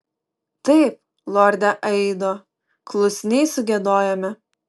taip lorde aido klusniai sugiedojome